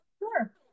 Sure